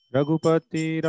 Ragupati